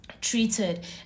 treated